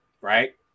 right